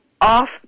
off